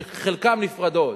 שחלקן נפרדות.